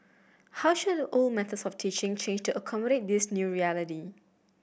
how should old methods of teaching change to accommodate this new reality